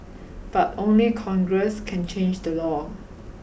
but only Congress can change the law